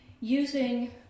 using